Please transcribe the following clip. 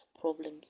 problems